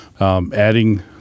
adding